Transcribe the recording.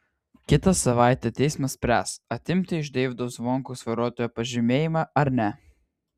kitą savaitę teismas spręs atimti iš deivydo zvonkaus vairuotojo pažymėjimą ar ne